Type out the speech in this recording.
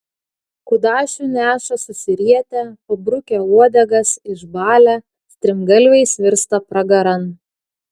kudašių neša susirietę pabrukę uodegas išbalę strimgalviais virsta pragaran